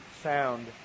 sound